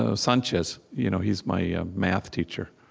ah sanchez? you know he's my math teacher.